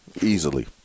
easily